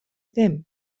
ddim